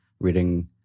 reading